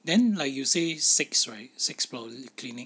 then like you say six right six polyclinic